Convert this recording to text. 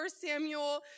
Samuel